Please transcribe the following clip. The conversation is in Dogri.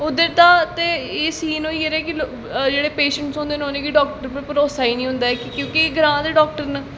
उद्धर दा ते एह् सीन होई गेदा कि लोग जेह्ड़े पेशैंटस होंदे न उ'नें गी डाक्टर पर भरोसा गै निं होंदा ऐ कि क्योंकि ग्रांऽ दे डाक्टर न